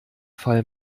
fall